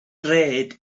gred